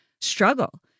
struggle